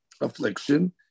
affliction